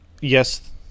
yes